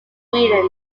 sweden